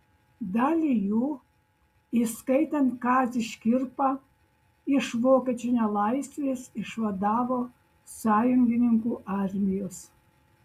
dalį jų įskaitant kazį škirpą iš vokiečių nelaisvės išvadavo sąjungininkų armijos